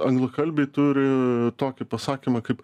anglakalbiai turi tokį pasakymą kaip